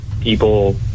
people